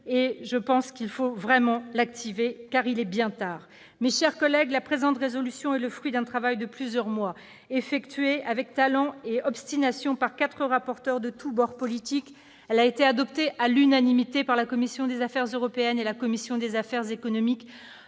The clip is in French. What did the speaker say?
votre groupe de Madrid, car il est bien tard. Mes chers collègues, la présente proposition de résolution européenne est le fruit d'un travail de plusieurs mois effectué avec talent et obstination par quatre rapporteurs de tous bords politiques. Elle a été adoptée à l'unanimité par la commission des affaires européennes et la commission des affaires économiques,